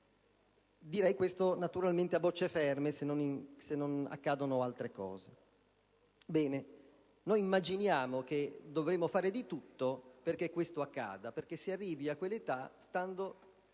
anni; questo è vero a bocce ferme o se non accadono altre cose. Noi immaginiamo che dovremmo fare di tutto perché questo accada e perché si arrivi a quell'età stando